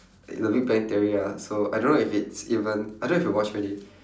in the big bang theory ah so I don't know if it's even I don't know if you watch already